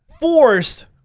forced